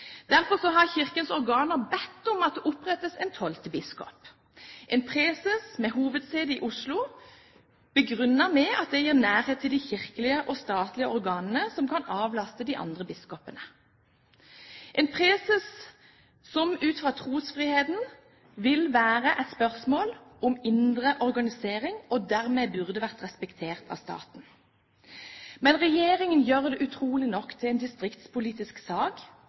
har Kirkens organer bedt om at det oppnevnes en tolvte biskop – en preses med hovedsete i Oslo, begrunnet med at det gir nærhet til de kirkelige og statlige organene, som kan avlaste de andre biskopene. Ut fra trosfriheten vil dette være et spørsmål om indre organisering, og burde dermed vært respektert av staten. Men regjeringen gjør det utrolig nok til en distriktspolitisk sak